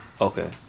Okay